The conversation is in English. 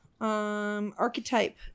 archetype